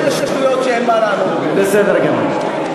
זה כאלה שטויות, שאין מה לענות, בסדר גמור.